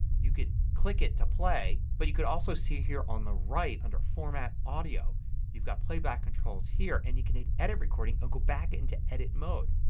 you can click it to play but you can also see here on the right, under format, audio you've got playback controls here and you can hit edit recording and go back into edit mode.